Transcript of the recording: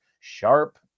sharp